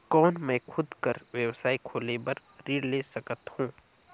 कौन मैं खुद कर व्यवसाय खोले बर ऋण ले सकत हो?